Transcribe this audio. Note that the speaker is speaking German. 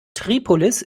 tripolis